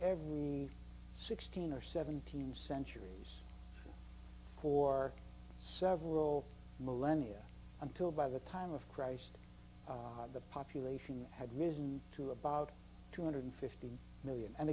every sixteen or seventeen centuries for several millennia until by the time of christ the population had risen to about two hundred and fifty million and